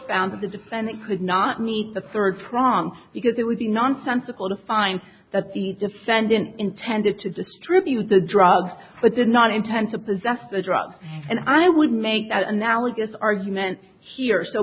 found that the defendant could not meet the third prong because it would be nonsensical to find that the defendant intended to distribute the drugs but did not intend to possess the drugs and i would make that analogous argument here so